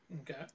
Okay